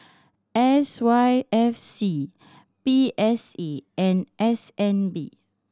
S Y F C P S A and S N B